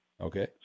Okay